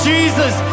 Jesus